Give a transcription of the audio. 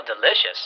delicious